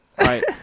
right